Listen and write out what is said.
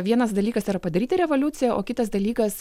vienas dalykas yra padaryti revoliuciją o kitas dalykas